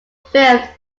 filmed